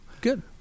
Good